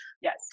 Yes